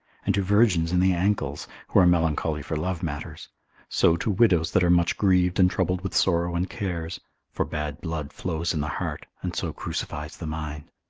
and to virgins in the ankles, who are melancholy for love matters so to widows that are much grieved and troubled with sorrow and cares for bad blood flows in the heart, and so crucifies the mind.